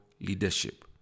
leadership